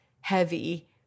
heavy